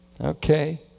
Okay